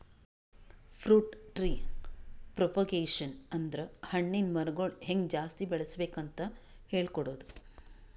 fruit tree propagation ಅಂದ್ರ ಹಣ್ಣಿನ್ ಮರಗೊಳ್ ಹೆಂಗ್ ಜಾಸ್ತಿ ಬೆಳಸ್ಬೇಕ್ ಅಂತ್ ಹೇಳ್ಕೊಡದು